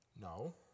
No